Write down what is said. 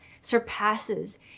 surpasses